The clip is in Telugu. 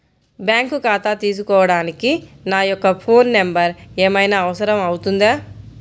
బ్యాంకు ఖాతా తీసుకోవడానికి నా యొక్క ఫోన్ నెంబర్ ఏమైనా అవసరం అవుతుందా?